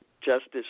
Justice